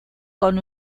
con